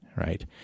right